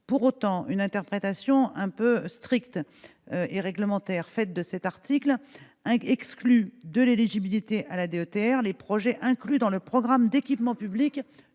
Pour autant, une interprétation un peu stricte et réglementaire de cet article exclut de l'éligibilité à la DETR les projets inclus dans le programme d'équipements publics